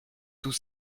tout